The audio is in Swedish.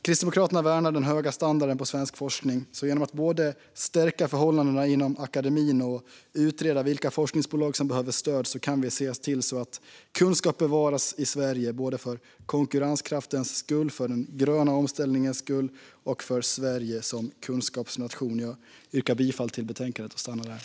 Kristdemokraterna värnar den höga standarden på svensk forskning. Genom att stärka förhållandena inom akademin och utreda vilka forskningsbolag som behöver stöd kan vi se till att kunskap bevaras i Sverige - för konkurrenskraftens skull, för den gröna omställningens skull och för Sverige som kunskapsnation. Jag yrkar bifall till förslaget i betänkandet.